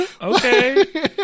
okay